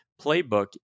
Playbook